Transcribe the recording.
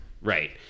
Right